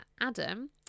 Adam